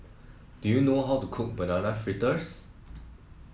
do you know how to cook Banana Fritters